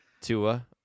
Tua